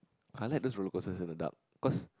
I like those rollercoasters in the dark cause